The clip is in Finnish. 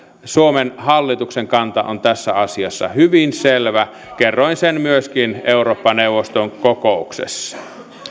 suomen hallituksen kanta on tässä asiassa hyvin selvä kerroin sen myöskin eurooppa neuvoston kokouksessa